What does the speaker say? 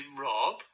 Rob